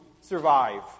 survive